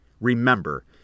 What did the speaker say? Remember